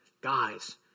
guys